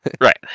right